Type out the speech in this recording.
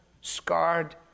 scarred